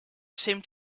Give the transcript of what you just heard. seemed